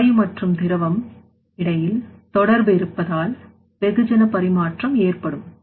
எனவே வாயு மற்றும் திரவம் இடையில் தொடர்பு இருப்பதால் வெகுஜன பரிமாற்றம் ஏற்படும்